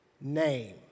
name